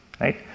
right